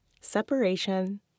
Separation